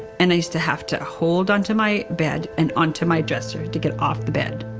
and i used to have to hold onto my bed, and onto my dresser to get off the bed.